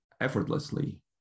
effortlessly